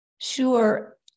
Sure